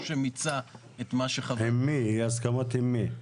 שמיצה את מה שחברי הכנסת --- הסכמות עם מי?